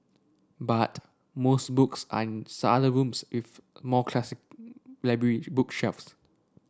but most books are in rooms with more classic library bookshelves